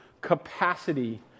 capacity